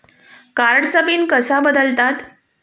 कार्डचा पिन कसा बदलतात?